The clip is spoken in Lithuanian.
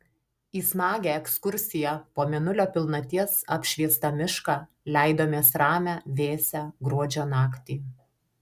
į smagią ekskursiją po mėnulio pilnaties apšviestą mišką leidomės ramią vėsią gruodžio naktį